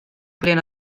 gwyliau